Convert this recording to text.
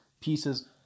pieces